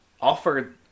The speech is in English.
offered